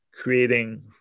creating